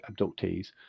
abductees